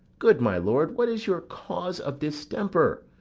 good my lord, what is your cause of distemper?